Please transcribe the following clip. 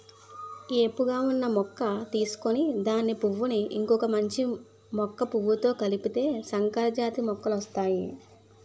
ఏపుగా ఉన్న మొక్క తీసుకొని దాని పువ్వును ఇంకొక మంచి మొక్క పువ్వుతో కలిపితే సంకరజాతి మొక్కలొస్తాయి